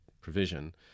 provision